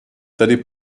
tedy